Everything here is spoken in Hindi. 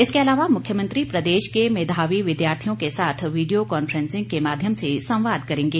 इसके अलावा मुख्यमंत्री प्रदेश के मेधावी विद्यार्थियों के साथ वीडियो कॉन्फ्रेंसिंग के माध्यम से संवाद भी करेंगे